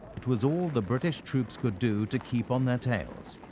it was all the british troops could do to keep on their tails.